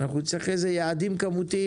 נצטרך יעדים כמותיים.